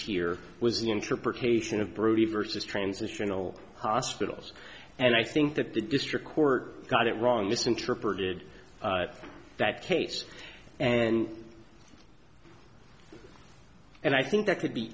here was the interpretation of brody versus transitional hospitals and i think that the district court got it wrong misinterpreted that case and and i think that could be